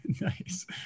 Nice